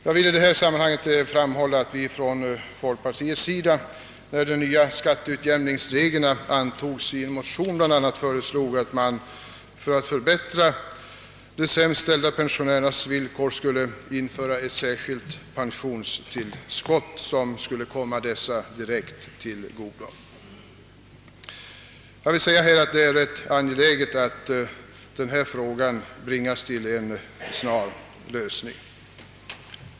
Jag vill i detta sammanhang framhålla att vi från folkpartiets sida, när de nya skatteutjämningsreglerna antogs, i en motion bl.a. föreslog att man för att förbättra de sämst ställda pensionärernas villkor skulle införa ett särskilt pensionstillägg som skulle komma dessa pensionärer direkt till godo. Det är rätt angeläget, att hela denna fråga bringas till en snar lösning.